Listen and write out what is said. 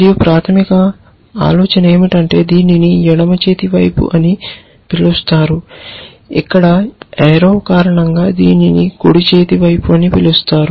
మరియు ప్రాథమిక ఆలోచన ఏమిటంటే దీనిని ఎడమ చేతి వైపు అని పిలుస్తారు ఇక్కడ ఏరో కారణంగా దీనిని కుడి చేతి వైపు అని పిలుస్తారు